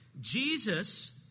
Jesus